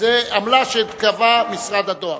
וזו עמלה שקבע משרד הדואר.